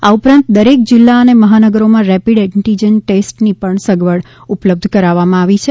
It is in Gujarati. આ ઉપરાંત દરેક જિલ્લા અને મહાનગરોમાં રેપીડ એન્ટીજન ટેસ્ટની પણ સગવડ ઉપલબ્ધ કરાવવામાં આવી છે